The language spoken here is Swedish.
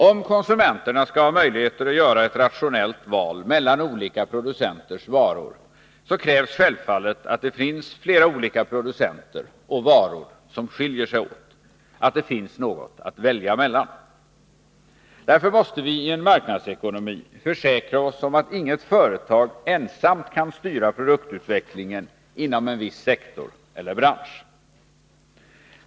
Om konsumenterna skall ha möjligheter att göra ett rationellt val mellan olika producenters varor krävs självfallet att det finns flera olika producenter och varor som skiljer sig åt — att det finns något att välja mellan. Därför måste vii en marknadsekonomi försäkra oss om att inget företag ensamt kan styra produktutvecklingen inom en viss sektor eller bransch.